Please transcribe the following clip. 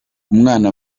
umwana